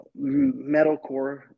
metalcore